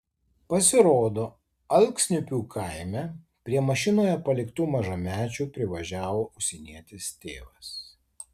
pasirodo alksniupių kaime prie mašinoje paliktų mažamečių privažiavo užsienietis tėvas